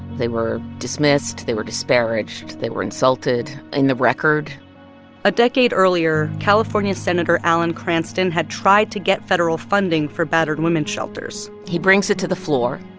they were dismissed. they were disparaged. they were insulted in the record a decade earlier, california senator alan cranston had tried to get federal funding for battered women's shelters he brings it to the floor,